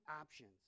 options